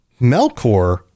Melkor